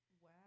Wow